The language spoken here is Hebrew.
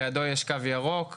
לידו יש קו ירוק,